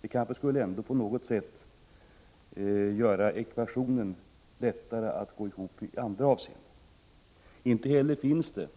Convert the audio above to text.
Det skulle kanske göra det lättare att få ekvationen att gå ihop även i andra avseenden. Inte heller finns det